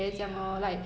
ya